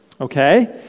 Okay